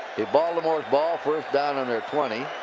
be baltimore's ball. first down on their twenty.